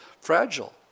fragile